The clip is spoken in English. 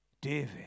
David